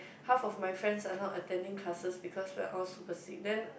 half of my friends are not attending classes because we are all super sick then